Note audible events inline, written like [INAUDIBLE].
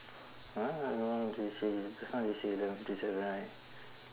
[NOISE] they say just now they say eleven fifty seven right